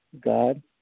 God